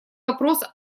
вопрос